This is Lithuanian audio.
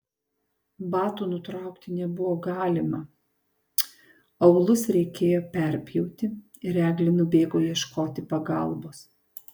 batų nutraukti nebuvo galima aulus reikėjo perpjauti ir eglė nubėgo ieškoti pagalbos